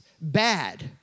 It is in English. bad